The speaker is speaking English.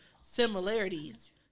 similarities